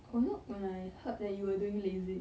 oh you know when I heard that you were doing LASIK